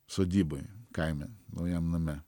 sodyboj kaime naujam name